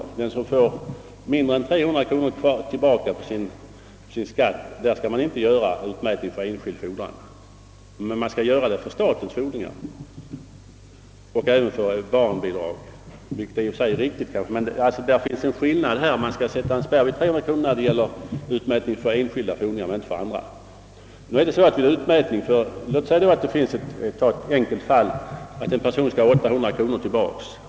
Hos den som får mindre än 300 kronor tillbaka på sin skatt skall inte utmätning kunna företas för enskild fordran, men däremot för statens fordringar och även för barnbidrag, vilket senare i och för sig är riktigt. Men låt oss ta ett enkelt exempel. En person skall ha 800 kronor tillbaka i skatt.